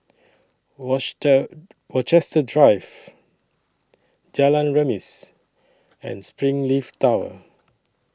Rochester Drive Jalan Remis and Springleaf Tower